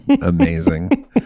amazing